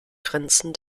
grenzen